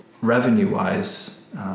revenue-wise